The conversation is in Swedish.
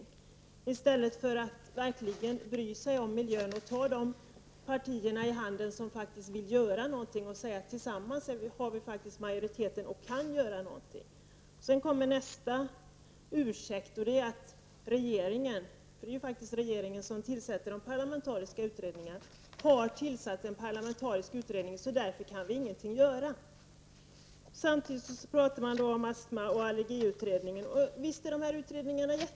Men i stället kunde man väl bry sig om miljön och ta de partier i handen som faktiskt vill göra någonting. Man kunde säga: Tillsammans har vi faktiskt majoritet och kan göra något. Sedan kommer nästa ursäkt, och det är att regeringen -- för det är ju faktiskt regeringen som tillsätter parlamentariska utredningar -- har tillsatt en parlamentarisk utredning och att det därför inte går att göra någonting. Samtidigt talar man om astma och allergiutredningen. Visst är sådana här utredningar viktiga.